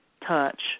touch